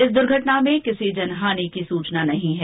इस दुर्घटना में किसी जनहानि की सूचना नहीं है